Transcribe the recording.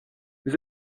vous